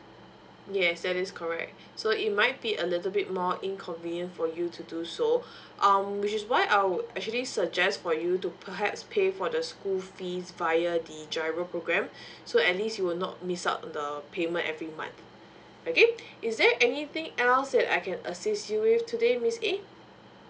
yes that is correct so it might be a little bit more inconvenient for you to do so um which is why I would actually suggest for you to perhaps pay for the school fees via the GIRO programme so at least you will not miss out on the payment every month okay is there anything else that I can assist you with today miss a